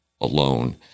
alone